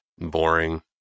boring